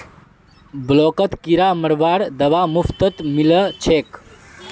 ब्लॉकत किरा मरवार दवा मुफ्तत मिल छेक